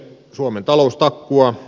suomen talous takkuaa